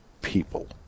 people